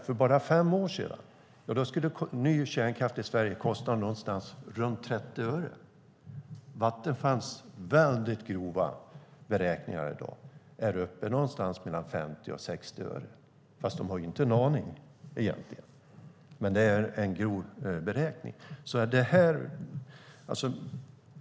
För bara fem år sedan skulle ny kärnkraft i Sverige kosta ca 30 öre. Vattenfalls grova beräkning visar på 50-60 öre, fast man egentligen inte har en aning.